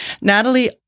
Natalie